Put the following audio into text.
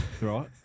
Right